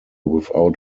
without